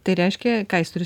tai reiškia ką jis turi